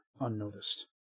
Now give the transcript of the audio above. unnoticed